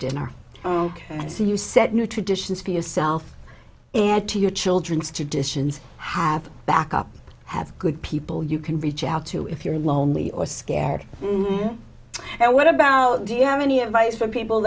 dinner as you said new traditions for yourself and to your children's traditions have back up have good people you can reach out to if you're lonely or scared and what about do you have any advice for people